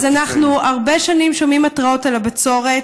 אז אנחנו הרבה שנים שומעים התרעות על הבצורת,